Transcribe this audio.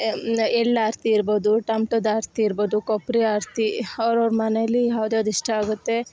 ಎಳ್ಳು ಆರತಿ ಇರ್ಬೋದು ತಮ್ಟದ ಆರತಿ ಇರ್ಬೋದು ಕೊಬ್ಬರಿ ಆರತಿ ಅವ್ರವ್ರ ಮನೇಲಿ ಯಾವ್ದುಯಾವ್ದ್ ಇಷ್ಟ ಆಗುತ್ತೆ